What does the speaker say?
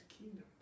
kingdom